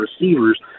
receivers